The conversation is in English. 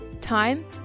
Time